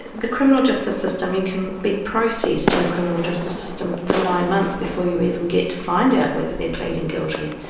the criminal justice system, you can be processed in the criminal justice system for nine months before you even get to find out whether they are pleading guilty.